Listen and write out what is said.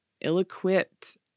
ill-equipped